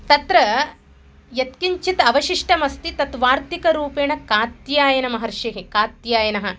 तत्र यत्किञ्चित् अवशिष्टमस्ति तत् वार्तिकरूपेण कात्यायनमहर्षिः कात्यायनः